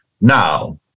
Now